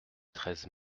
treize